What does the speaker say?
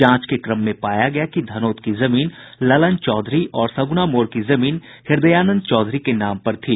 जांच के क्रम में पाया गया कि धनौत की जमीन ललन चौधरी और सग्ना मोड़ की जमीन हृदयानंद चौधरी के नाम पर थी